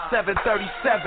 737